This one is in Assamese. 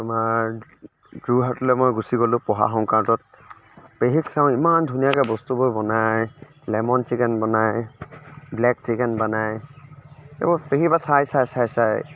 তোমাৰ যোৰহাটলে মই গুচি গ'লোঁ পঢ়া সংক্ৰান্তত পেহীক চাওঁ ইমান ধুনীয়াকৈ বস্তুবোৰ বনায় লেমন চিকেন বনায় ব্লেক চিকেন বনায় এইবোৰ পেহীৰ পৰা চাই চাই চাই চাই